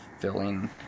filling